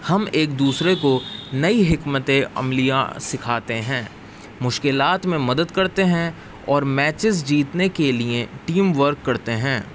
ہم ایک دوسرے کو نئی حکمت عملیاں سکھاتے ہیں مشکلات میں مدد کرتے ہیں اور میچز جیتنے کے لیے ٹیم ورک کرتے ہیں